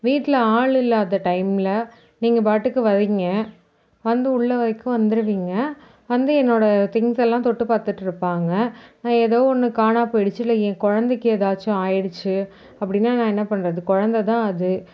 வீட்டில் ஆள் இல்லாத டைமில் நீங்கள் பாட்டுக்கு வரீங்க வந்து உள்ளே வரைக்கும் வந்துடுவீங்க வந்து என்னோடய திங்க்ஸெல்லாம் தொட்டு பார்த்துட்ருப்பாங்க நான் ஏதோ ஒன்று காணாம போயிடுச்சு இல்லை என் குழந்தைக்கி ஏதாச்சும் ஆகிடுச்சி அப்படின்னா நான் என்ன பண்ணுறது குழந்தை தான் அது